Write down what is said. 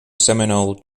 seminole